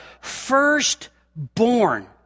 firstborn